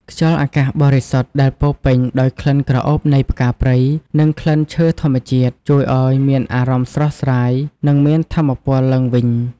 ខ្យល់អាកាសបរិសុទ្ធដែលពោរពេញដោយក្លិនក្រអូបនៃផ្កាព្រៃ និងក្លិនឈើធម្មជាតិ ជួយឲ្យមានអារម្មណ៍ស្រស់ស្រាយ និងមានថាមពលឡើងវិញ។